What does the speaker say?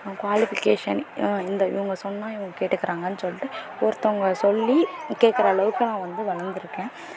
qualification இந்த இவங்க சொன்னால் இவங்க கேட்டுக்கிறாங்கனு சொல்லிட்டு ஒருத்தவங்க சொல்லி கேட்குற அளவுக்கு நான் வந்து வளர்ந்து இருக்கேன்